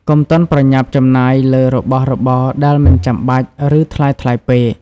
កុំទាន់ប្រញាប់ចំណាយលើរបស់របរដែលមិនចាំបាច់ ឬថ្លៃៗពេក។